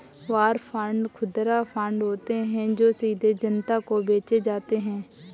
war bond खुदरा bond होते हैं जो सीधे जनता को बेचे जाते हैं